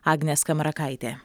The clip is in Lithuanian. agnė skamarakaitė